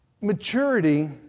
maturity